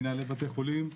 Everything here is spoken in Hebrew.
מנהלי בתי החולים,